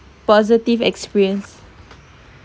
positive experience